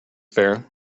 fair